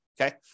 okay